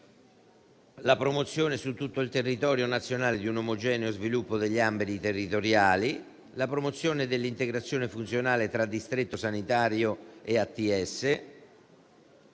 la promozione su tutto il territorio nazionale di un omogeneo sviluppo degli ambiti territoriali; la promozione dell'integrazione funzionale tra distretto sanitario e ATS;